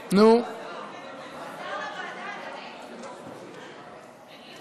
המשותפת לוועדת הכנסת